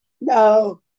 No